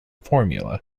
formula